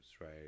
right